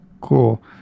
Cool